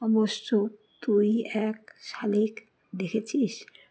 অবশ্য তুই এক শালিক দেখেছিস